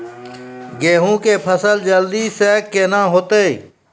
गेहूँ के फसल जल्दी से के ना होते?